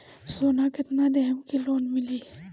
सोना कितना देहम की लोन मिली?